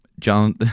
John